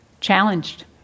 challenged